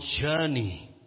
journey